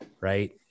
right